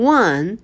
one